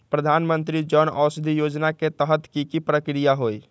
प्रधानमंत्री जन औषधि योजना के तहत की की प्रक्रिया होई?